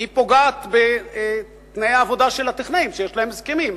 היא פוגעת בתנאי העבודה של הטכנאים שיש להם הסכמים.